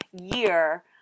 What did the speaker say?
year